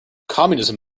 communism